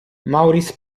maurice